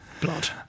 Blood